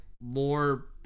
more